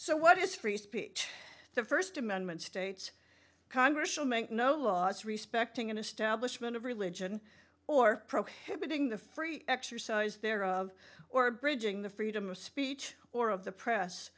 so what is free speech the first amendment states congress shall make no laws respecting an establishment of religion or prohibiting the free exercise thereof or abridging the freedom of speech or of the press